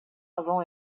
avant